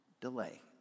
delay